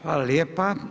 Hvala lijepa.